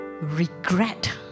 regret